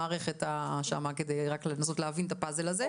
במערכת כדי רק לנסות ולהבין את הפאזל הזה.